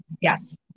Yes